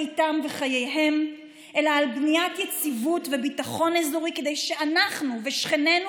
ביתם וחייהם אלא על בניית יציבות וביטחון אזורי כדי שאנחנו ושכנינו